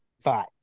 five